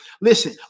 Listen